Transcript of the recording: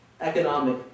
economic